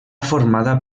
formada